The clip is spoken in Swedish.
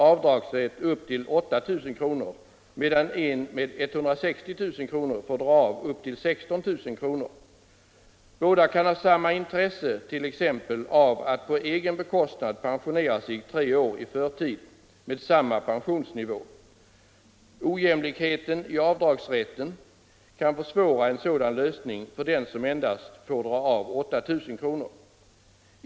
avdragsrätt upp till 8 000 kr., medan en med 160 000 kr. får dra av upp till 16 000 kr. Båda kan ha samma intresse av att på egen bekostnad pensionera sig tre år i förtid med samma pensionsnivå. Ojämlikheten i avdragsrätt kan försvåra en sådan lösning för den som endast får dra av 8 000 kr.